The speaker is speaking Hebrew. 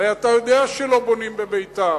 הרי אתה יודע שלא בונים בביתר,